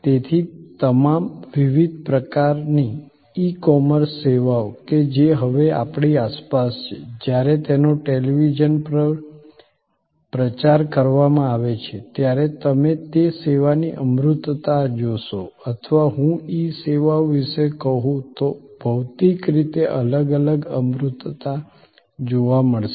તેથી તમામ વિવિધ પ્રકારની ઈ કોમર્સ સેવાઓ કે જે હવે આપણી આસપાસ છે જ્યારે તેનો ટેલિવિઝન પર પ્રચાર કરવામાં આવે છે ત્યારે તમે તે સેવાની અમૂર્તતા જોશો અથવા હું ઇ સેવાઓ વિશે કહું તો ભૌતિક તરીકે અલગ અલગ અમૂર્તતા જોવા મળશે